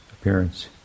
appearance